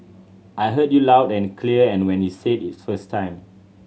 I heard you loud and clear when you said it the first time